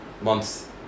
month's